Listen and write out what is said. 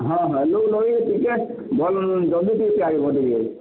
ହଁ ହଁ ଲୋକ୍ ଲଗେଇକରି ଟିକେ ଭଲ୍ ଜଲ୍ଦି ଟିକେ